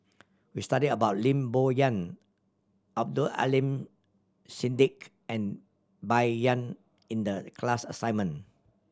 we studied about Lim Bo Yam Abdul Aleem Siddique and Bai Yan in the class assignment